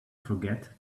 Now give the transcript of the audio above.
forget